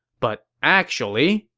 but actually,